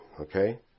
okay